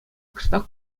кӑштах